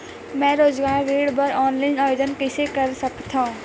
मैं रोजगार ऋण बर ऑनलाइन आवेदन कइसे कर सकथव?